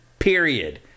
Period